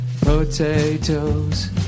potatoes